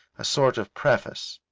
a sort of preface.